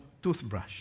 toothbrush